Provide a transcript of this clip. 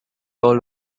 all